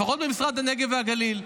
לפחות במשרד הנגב והגליל,